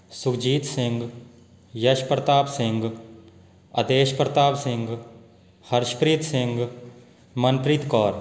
ਸੁਰਜੀਤ ਸਿੰਘ ਯਸ਼ਪ੍ਰਤਾਪ ਸਿੰਘ ਅਤੇਸ਼ਪ੍ਰਤਾਪ ਸਿੰਘ ਹਰਸ਼ਪ੍ਰੀਤ ਸਿੰਘ ਮਨਪ੍ਰੀਤ ਕੌਰ